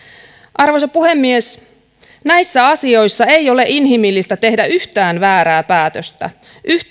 arvoisa puhemies näissä asioissa ei ole inhimillistä tehdä yhtään väärää päätöstä